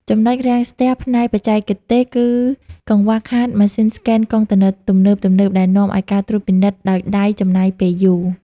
ចំណុចរាំងស្ទះផ្នែកបច្ចេកទេស គឺកង្វះខាតម៉ាស៊ីនស្កេនកុងតឺន័រទំនើបៗ ដែលនាំឱ្យការត្រួតពិនិត្យដោយដៃចំណាយពេលយូរ។